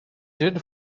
did